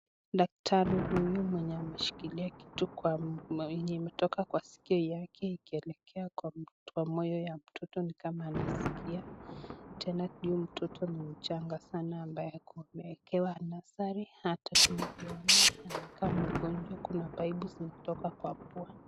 Daktari huyu mwenye ameshikilia kitu kwenye ametoka kwa sikio yake kuelekea kwa moyo wa mtoto ni kama anasikia. Tena huyu mtoto ni mchanga sana ambaye amewekewa nursery hata tunavyoona anakaa mgonjwa, kuna paipu zinatoka kwa pua.